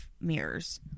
mirrors